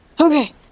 Okay